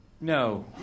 No